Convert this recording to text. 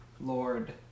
Lord